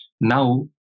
Now